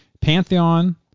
Pantheon